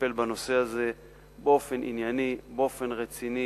לטפל בנושא הזה באופן ענייני, באופן רציני,